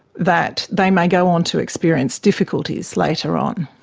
that they may go on to experience difficulties later on.